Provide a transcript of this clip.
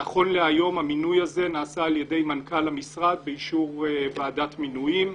נכון להיום המינוי הזה נעשה על ידי מנכ"ל המשרד באישור ועדת מינויים.